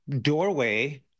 doorway